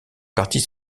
partis